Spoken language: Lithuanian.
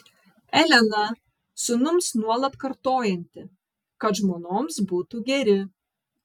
elena sūnums nuolat kartojanti kad žmonoms būtų geri